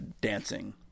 dancing